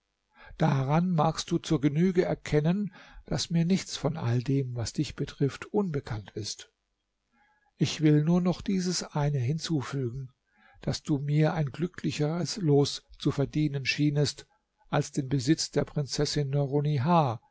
daran magst du zur genüge erkennen daß mir nichts von all dem was dich betrifft unbekannt ist ich will nur noch dies eine hinzufügen daß du mir ein glücklicheres los zu verdienen schienest als den besitz der prinzessin